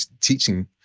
teaching